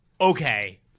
okay